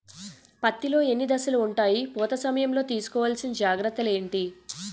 పత్తి లో ఎన్ని దశలు ఉంటాయి? పూత సమయం లో తీసుకోవల్సిన జాగ్రత్తలు ఏంటి?